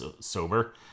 sober